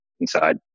inside